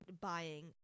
buying